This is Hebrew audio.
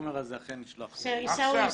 החומר הזה אכן נשלח ביום ראשון.